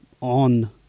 on